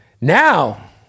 now